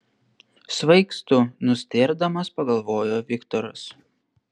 svaigstu nustėrdamas pagalvojo viktoras